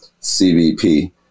CBP